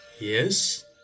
Yes